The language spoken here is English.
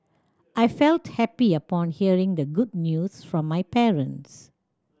I felt happy upon hearing the good news from my parents